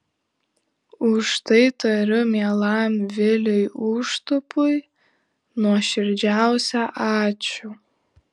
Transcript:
už tai tariu mielam viliui užtupui nuoširdžiausią ačiū